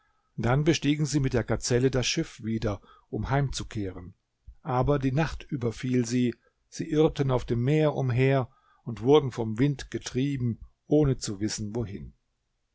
dann bestiegen sie mit der gazelle das schiff wieder um heimzukehren aber die nacht überfiel sie sie irrten auf dem meer umher und wurden vom wind getrieben ohne zu wissen wohin